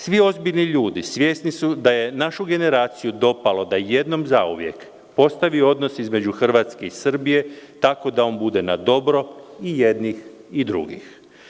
Svi ozbiljni ljudi svijesni su da je našu generaciju dopalo da jednom zauvijek postavi odnos između Hrvatske i Srbije tako da on bude na dobro i jednih i drugih.